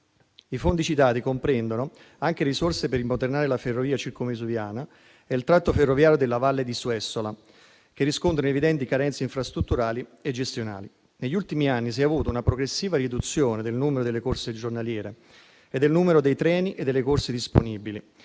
I fondi citati comprendono anche risorse per rimodernare la ferrovia Circumvesuviana e il tratto ferroviario della valle di Suessola, che riscontrano evidenti carenze infrastrutturali e gestionali. Negli ultimi anni si è avuta una progressiva riduzione del numero delle corse giornaliere, del numero dei treni e delle corse disponibili,